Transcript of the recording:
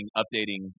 updating